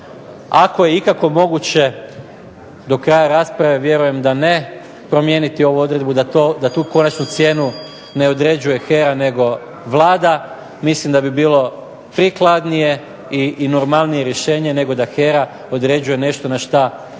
ako je ikako moguće do kraja rasprave, vjerujem da ne promijeniti ovu odredbu da tu konačnu cijenu ne određuje HERA nego Vlada. Mislim da bi bilo prikladnije i normalnije rješenje nego da HERA određuje nešto na šta i po